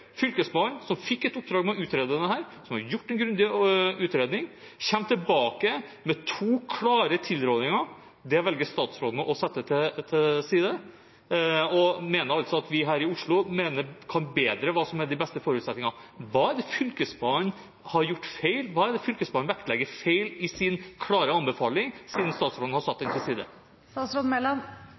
oppdrag å utrede dette, som har gjort en grundig utredning, og som kommer tilbake med to klare tilrådinger. Det velger statsråden å sette til side og mener at vi her i Oslo vet bedre hva som er de beste forutsetningene. Hva er det Fylkesmannen har gjort feil, hva er det Fylkesmannen vektlegger feil i sin klare anbefaling, siden statsråden har satt den til